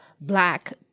black